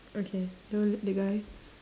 okay so the guy